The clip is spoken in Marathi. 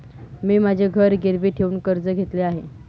मी माझे घर गिरवी ठेवून कर्ज घेतले आहे